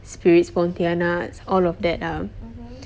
spirits pontianaks all of that ah